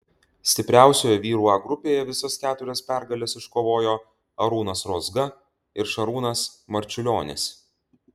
stipriausioje vyrų a grupėje visas keturias pergales iškovojo arūnas rozga ir šarūnas marčiulionis